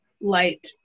light